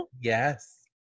Yes